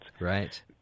Right